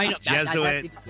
Jesuit